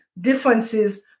differences